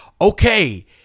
Okay